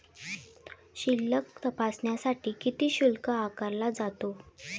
शिल्लक तपासण्यासाठी किती शुल्क आकारला जातो?